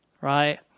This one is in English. right